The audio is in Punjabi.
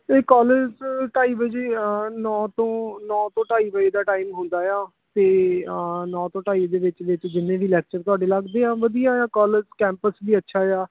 ਇਹ ਕਾਲਜ ਢਾਈ ਵਜੇ ਨੌਂ ਤੋਂ ਨੌਂ ਤੋਂ ਢਾਈ ਵਜੇ ਦਾ ਟਾਈਮ ਹੁੰਦਾ ਆ ਅਤੇ ਨੌਂ ਤੋਂ ਢਾਈ ਦੇ ਵਿੱਚ ਵਿੱਚ ਜਿੰਨੇ ਵੀ ਲੈਕਚਰ ਤੁਹਾਡੇ ਲੱਗਦੇ ਆ ਵਧੀਆ ਆ ਕਾਲਜ ਕੈਂਪਸ ਵੀ ਅੱਛਾ ਆ